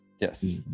Yes